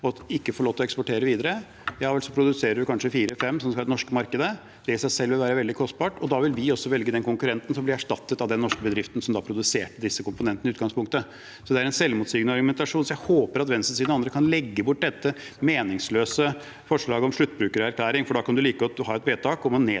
og ikke får lov til å eksportere videre, så produserer man kanskje fire– fem som skal til det norske markedet. Det vil i seg selv være veldig kostbart, og da vil vi også velge den konkurrenten som blir erstattet av den norske bedriften som produserte disse komponentene i utgangspunktet. Det er en selvmotsigende argumentasjon. Jeg håper at venstresiden og andre kan legge bort dette meningsløse forslaget om sluttbrukererklæring, for da kan man like godt ha et vedtak om å nedlegge